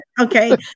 Okay